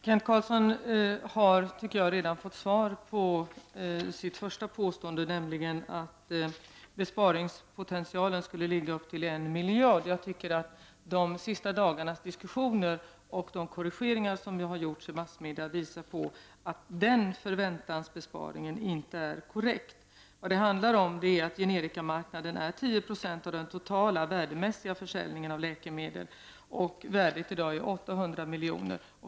Herr talman! Jag tycker att Kent Carlsson redan har fått ett svar på sitt första påstående, nämligen att besparingspotentialen skulle ligga på uppemot 1 miljard. De senaste dagarnas diskussioner och de korrigeringar som har gjorts i massmedia visar att den uppskattningen av den förväntade besparingen inte är korrekt. Generikamarknaden utgör 10 96 av den totala värdemässiga försäljningen av läkemedel. Värdet är i dag 800 milj.kr.